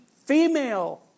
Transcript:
Female